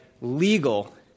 legal